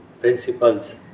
principles